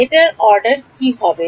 এটা কি order হবে